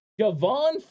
Javon